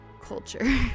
culture